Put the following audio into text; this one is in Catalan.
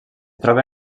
troba